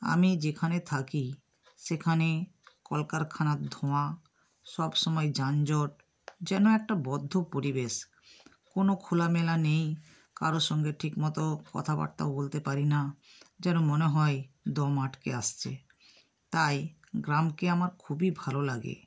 আমি যেখানে থাকি সেখানে কল কারখানার ধোঁয়া সব সময় যানজট যেন একটা বদ্ধ পরিবেশ কোনো খোলামেলা নেই কারোর সঙ্গে ঠিকমতো কথাবার্তাও বলতে পারি না যেন মনে হয় দম আটকে আসছে তাই গ্রামকে আমার খুবই ভালো লাগে